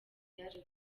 yaje